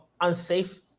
unsafe